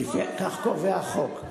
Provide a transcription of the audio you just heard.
כך קובע החוק.